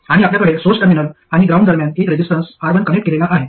आणि आपल्याकडे source terminal आणि ग्राउंड दरम्यान एक रेझिस्टन्स R1 कनेक्ट केलेला आहे